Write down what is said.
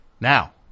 now